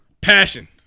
passion